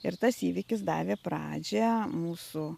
ir tas įvykis davė pradžią mūsų